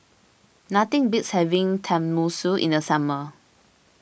nothing beats having Tenmusu in the summer